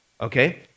okay